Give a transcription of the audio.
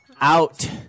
out